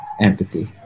Empathy